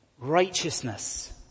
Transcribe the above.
righteousness